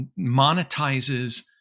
monetizes